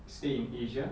stay in asia